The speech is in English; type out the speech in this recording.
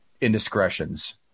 indiscretions